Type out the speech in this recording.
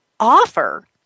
offer